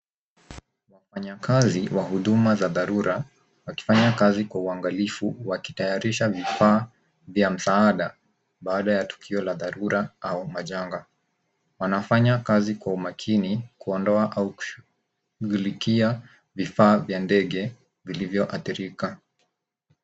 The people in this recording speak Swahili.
Wafanyakazi wa huduma za dharura wakifanya kazi kwa uangalifu wa kitayarisha vifaa vya msaada. Baada ya tukio la dharura au majanga. Wanafanya kazi kwa umakini kuondoa au kushughulikia vifaa vya ndege vilivyoathirika.